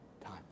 time